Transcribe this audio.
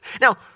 Now